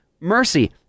mercy